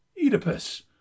oedipus